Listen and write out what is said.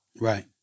Right